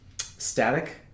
static